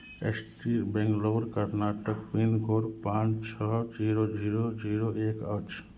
street Bangalore Karnataka pincode पाँच छओ zero zero zero एक अछि